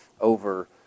over